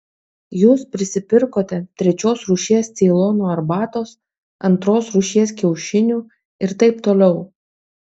jūs prisipirkote trečios rūšies ceilono arbatos antros rūšies kiaušinių ir taip toliau